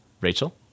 Rachel